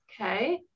Okay